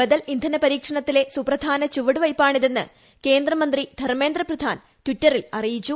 ബദൽ ഇന്ധന പരീക്ഷണത്തിലെ സുപ്രധാന ചുവടു വയ്പാണിതെന്ന് കൃകേന്ദ്രമന്ത്രി ധർമ്മേന്ദ്ര പ്രധാൻ ട്ടിറ്ററിൽ അറിയിച്ചു